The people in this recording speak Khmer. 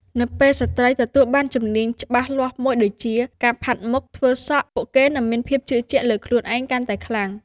នៅពេលស្ត្រីទទួលបានជំនាញច្បាស់លាស់មួយដូចជា ការផាត់មុខ ធ្វើសក់ ពួកគេនឹងមានភាពជឿជាក់លើខ្លួនឯងកាន់តែខ្លាំង។